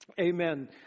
amen